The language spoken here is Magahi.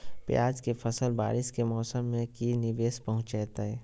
प्याज के फसल बारिस के मौसम में की निवेस पहुचैताई?